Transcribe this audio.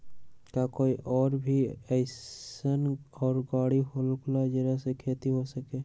का कोई और भी अइसन और गाड़ी होला जे से खेती हो सके?